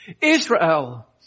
Israel